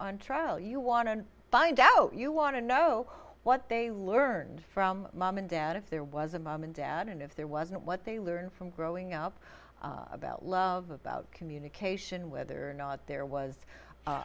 on trial you want to find out you want to know what they learned from mom and dad if there was a mom and dad and if there wasn't what they learned from growing up about love about communication whether or not there was